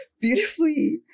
beautifully